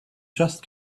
just